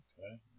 Okay